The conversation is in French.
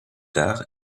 tard